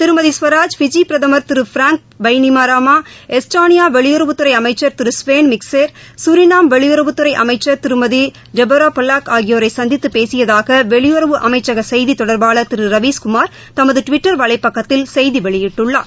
திருமதி ஸ்வராஜ் ஃபிஜி பிரதமர் திரு பிராங் பைனிமராமா எஸ்ட்டோனியா வெளியறவுத்துறை அமைச்ச் திரு ஸ்வேன் மிக்ஸேர் சூரிநாம் வெளியுறவுத்துறை அமைச்ச் திருமதி டெபோரா பொலாக் ஆகியோரை சந்தித்து பேசியதாக வெளியுறவு அமைச்சக செய்தி தொடர்பாளர் திரு ரவீஸ் குமார் தமது டுவிட்டர் வலைப்பக்கத்தில் செய்தி வெளியிட்டுள்ளார்